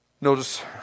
Notice